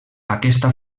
aquesta